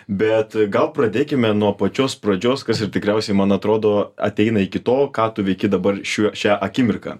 bet gal pradėkime nuo pačios pradžios kas ir tikriausiai man atrodo ateina iki to ką tu veiki dabar šiuo šią akimirką